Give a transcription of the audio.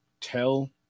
tell